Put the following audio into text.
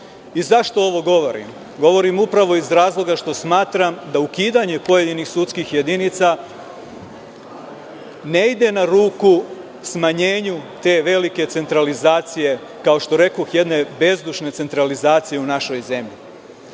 Zašto ovo govorim? Govorim upravo iz razloga što smatram da ukidanje pojedinih sudskih jedinica ne ide na ruku smanjenju te velike centralizacije, kao što rekoh, jedne bezdušne centralizacije u našoj zemlji.